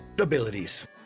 abilities